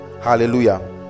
Hallelujah